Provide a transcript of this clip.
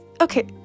okay